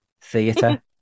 theatre